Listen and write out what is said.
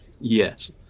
Yes